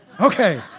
Okay